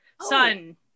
son